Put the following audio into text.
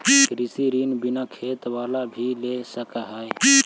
कृषि ऋण बिना खेत बाला भी ले सक है?